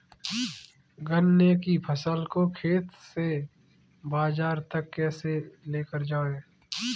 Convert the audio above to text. गन्ने की फसल को खेत से बाजार तक कैसे लेकर जाएँ?